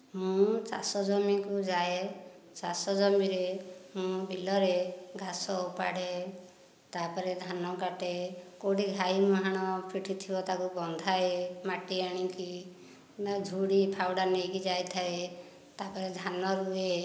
ମୁଁ ଚାଷଜମିକୁ ଯାଏ ଚାଷ ଜମିରେ ମୁଁ ବିଲରେ ଘାସ ଉପାଡ଼େ ତାପରେ ଧାନ କାଟେ କେଉଁଠି ଘାଇ ମୁହାଣ ଫିଟିଥିବ ତାକୁ ବନ୍ଧାଏ ମାଟି ଆଣିକି ଝୁଡି ଫାଉଡ଼ା ନେଇକି ଯାଇଥାଏ ତାପରେ ଧାନ ରୁଏ